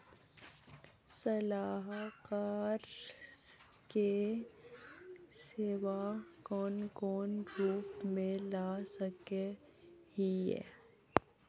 सलाहकार के सेवा कौन कौन रूप में ला सके हिये?